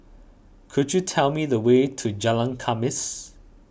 could you tell me the way to Jalan Khamis